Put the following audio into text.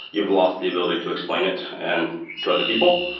you've lost the ability to explain it and to other people.